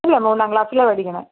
അല്ല മൂന്നാം ക്ലാസിലാണ് പഠിക്കുന്നത്